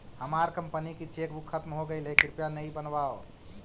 हमार कंपनी की चेकबुक खत्म हो गईल है, कृपया नई बनवाओ